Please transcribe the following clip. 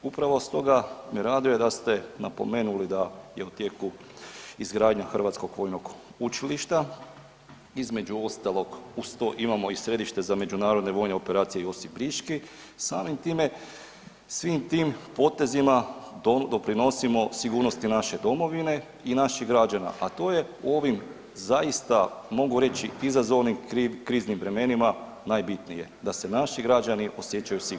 Upravo stoga bi rado da ste napomenuli da je u tijeku izgradnja Hrvatskog vojnog učilišta između ostalog uz to imamo i Središte za međunarodne vojne operacije Josip Briški, samim time svim tim potezima doprinosimo sigurnosti naše domovine i naših građana, a to je u ovim zaista mogu reći izazovnim kriznim vremenima najbitnije, da se naši građani osjećaju sigurno.